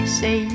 say